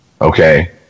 okay